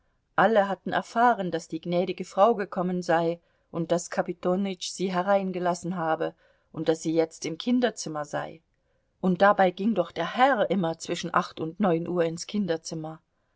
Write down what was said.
alle hatten erfahren daß die gnädige frau gekommen sei und daß kapitonütsch sie hereingelassen habe und daß sie jetzt im kinderzimmer sei und dabei ging doch der herr immer zwischen acht und neun uhr ins kinderzimmer